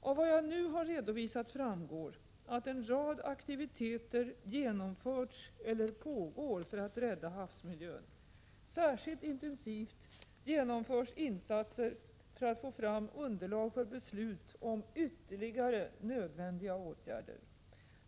Av vad jag nu har redovisat framgår att en rad aktiviteter genomförts eller pågår för att rädda havsmiljön. Särskilt intensivt genomförs insatser för att få fram underlag för beslut om ytterligare nödvändiga åtgärder.